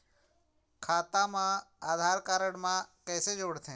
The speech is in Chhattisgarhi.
खाता मा आधार कारड मा कैसे जोड़थे?